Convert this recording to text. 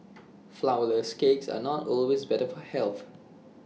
Flourless Cakes are not always better for health